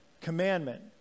commandment